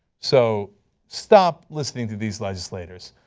so stop listening to these legislators.